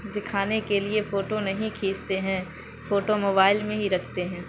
دکھانے کے لیے فوٹو نہیں کھیچتے ہیں فوٹو موبائل میں ہی رکھتے ہیں